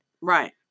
Right